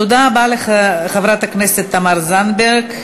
תודה רבה לחברת הכנסת תמר זנדברג.